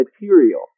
material